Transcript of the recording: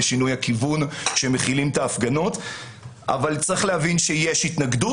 שינוי הכיוון כי הם מחילים את ההפגנות אבל צריך להבין שיש התנגדות.